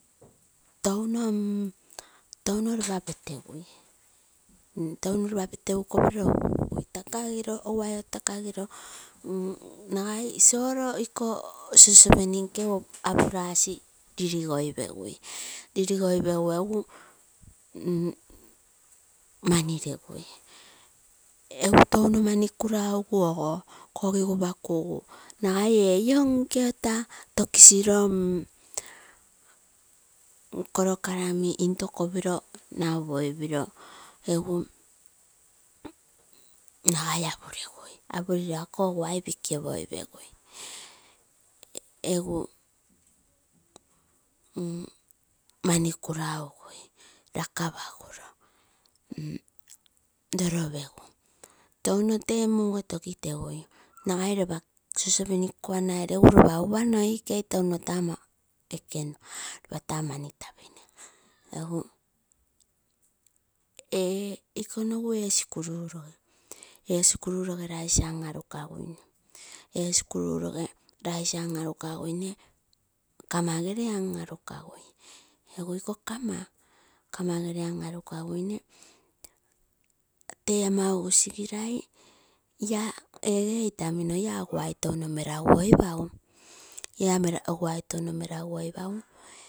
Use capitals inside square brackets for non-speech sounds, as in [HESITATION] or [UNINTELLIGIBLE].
Touno ropa petegui, [HESITATION] touno ropa petegu [NOISE] kopiro ugupugui [HESITATION] nagai solo iko saucepan nkeu apuu rasi riligoi pegui. Liligoipeguu egu [HESITATION] mani regui egu touno mani kuraugu ogo kogi gupakugu nagai ee iom nke otaa tokigiroo egu korokarami into kopiro nau koi piroo eguu nagai apulegui. Apunito ako oguai piki opopoi pegui. Egu [HESITATION] mani kulaugui rakapaguno roro [HESITATION] pegui. Touno tee mugu tokitegu nagai ropa saucepan noikei gere ogo ropa upaa noikei touno ama ekenaa ropa taa mani tapinee. Egu ee [UNINTELLIGIBLE] sikurugoge, eee skulroge rice an arukamo ee, kama gere an anuka, egu iko kama, kama gere an arukagoi tee ama ugusie girai ege itamino oguai tou meraguoipagu iaa oguai touno meragaoi pagaa.